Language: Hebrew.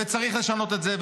וצריך לשנות את זה,